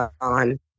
on